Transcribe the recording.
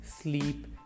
sleep